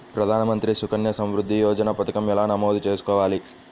ప్రధాన మంత్రి సుకన్య సంవృద్ధి యోజన పథకం ఎలా నమోదు చేసుకోవాలీ?